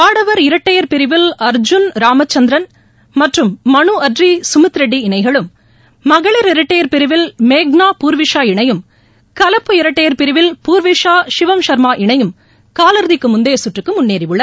ஆடவர் இரட்டையர் பிரிவில் அர்ஜூன் ராமச்சந்திரன் மற்றும் மனு அட்ரி சுமீத் ரெட்டி இணைகளும் மகளிர் இரட்டையர் பிரிவில் மேக்னா பூர்விஷா இணையும் கலப்பு இரட்டையர் பிரிவில் பூர்விஷா ஷிவம் சர்மா இணையும் காலிறுதிக்கு முந்தைய சுற்றுக்கு முன்னேறின